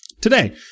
today